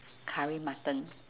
curry mutton